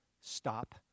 stop